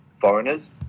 foreigners